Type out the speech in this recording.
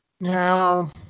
Now